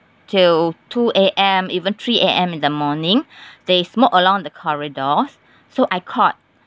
till two A_M even three A_M in the morning they smoke along the corridors so I caught